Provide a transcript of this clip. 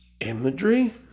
imagery